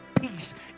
Peace